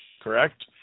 correct